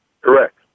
Correct